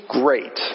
great